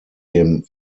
dem